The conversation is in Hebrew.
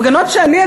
הפגנות שאני,